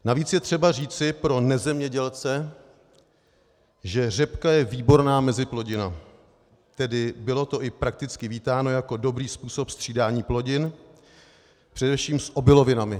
Navíc je třeba říci pro nezemědělce, že řepka je výborná meziplodina, tedy bylo to i prakticky vítáno jako dobrý způsob střídání plodin, především s obilovinami.